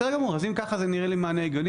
בסדר גמור, אם זה ככה זה נראה לי מענה הגיוני.